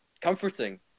comforting